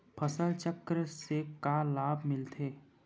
फसल चक्र से का लाभ मिलथे?